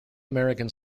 american